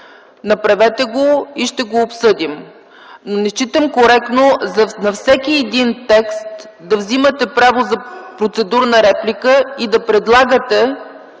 направете го и ще го обсъдим. Не считам за коректно на всеки един текст да взимате думата за процедурна реплика и да предлагате